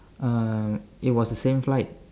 uh it was a same flight